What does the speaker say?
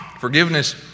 Forgiveness